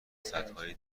سدهای